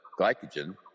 glycogen